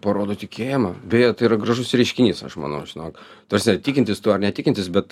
parodo tikėjimą beje tai yra gražus reiškinys aš manau žinok ta prasme tikintis tu ar netikintis bet